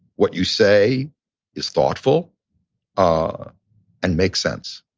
what you say is thoughtful ah and makes sense.